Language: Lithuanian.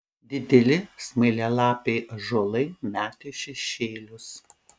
dideli smailialapiai ąžuolai metė šešėlius